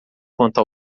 quanto